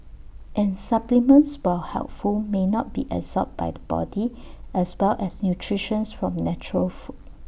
and supplements while helpful may not be absorbed by the body as well as nutrition from natural food